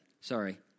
Sorry